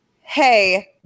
hey